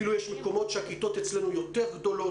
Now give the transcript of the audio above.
ואפילו יש מקומות אצלנו שבהם הכיתות הן יותר גדולות,